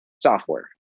software